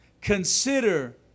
Consider